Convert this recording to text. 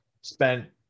spent